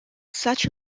such